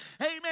Amen